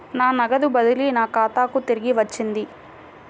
నా నగదు బదిలీ నా ఖాతాకు తిరిగి వచ్చింది